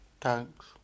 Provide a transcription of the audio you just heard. Thanks